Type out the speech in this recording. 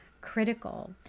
critical